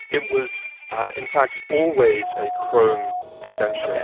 it was in fact always a chrome extension.